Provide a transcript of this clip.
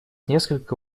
несколько